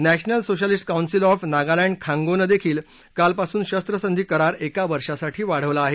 national socialist council of Nagaland खान्गोनं देखील कालपासून शस्त्रसंधी करार एका वर्षासाठी वाढवला आहे